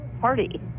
party